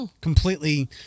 Completely